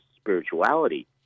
spirituality